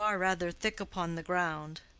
you are rather thick upon the ground.